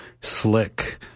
Slick